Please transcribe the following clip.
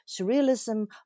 surrealism